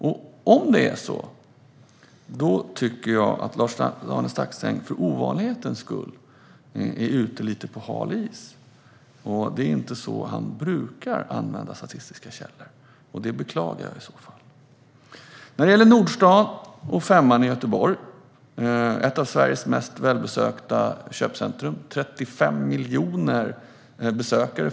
Jag tycker i så fall att Lars-Arne Staxäng för ovanlighetens skull är ute på lite hal is. Det är inte så här han brukar använda statistiska källor, och jag beklagar detta. Låt mig säga något om Nordstan och Femman i Göteborg, som är ett av Sveriges mest välbesökta köpcentrum. Förra året hade man 35 miljoner besökare.